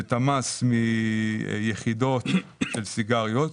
את המס מיחידות של סיגריות,